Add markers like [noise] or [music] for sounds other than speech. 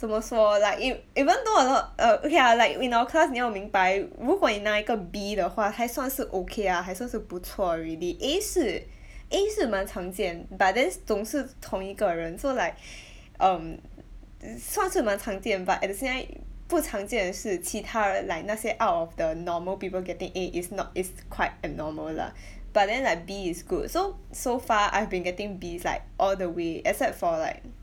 怎么说 like e~ even though a lot err okay lah like in our class 你要明白如果你拿一个 B 的话还算是 okay ah 还算是不错 already A 是 [breath] A 是蛮常见 but then 总是同一个人 so like [breath] um [noise] 算是蛮常见 but at the same time [noise] 不常见是其他人 like 那些 out of the normal people getting A is not is quite abnormal lah [breath] but then like B is good so so far I've been getting B's like all the way except for like mm